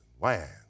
land